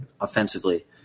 offensively